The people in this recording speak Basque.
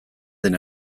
den